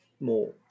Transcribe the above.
more